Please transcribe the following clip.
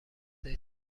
عکس